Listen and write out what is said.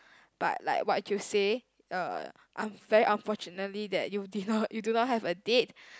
but like what you say uh I'm very unfortunately that you did not you do not have a date